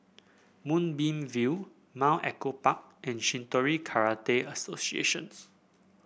Moonbeam View Mount Echo Park and Shitoryu Karate Associations